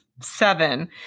seven